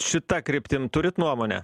šita kryptim turit nuomonę